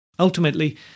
Ultimately